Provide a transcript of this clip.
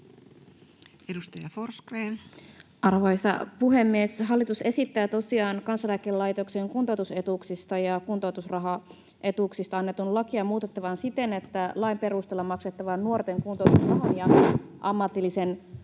01:02 Content: Arvoisa puhemies! Hallitus esittää tosiaan Kansaneläkelaitoksen kuntoutusetuuksista ja kuntoutusrahaetuuksista annettua lakia muutettavan siten, että lain perusteella maksettavan nuorten kuntoutusrahan ja ammatillisen